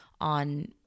on